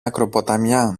ακροποταμιά